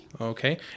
Okay